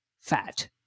fat